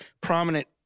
prominent